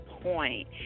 point